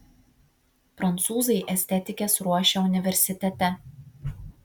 prancūzai estetikes ruošia universitete